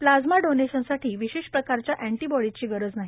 plasma डोनेशनसाठी विशेष प्रकारच्या अॅण्टीबॉडीची गरज नाही